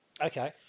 Okay